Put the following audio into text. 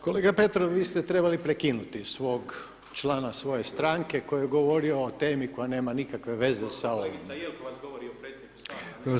Kolega Petrov vi ste trebali prekinuti svog člana svoje stranke koji je govorio o temi koja nema nikakve veze sa ovim.